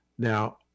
Now